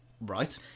Right